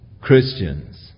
Christians